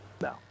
no